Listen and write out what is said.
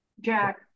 Jack